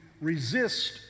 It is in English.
resist